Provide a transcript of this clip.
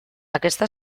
aquesta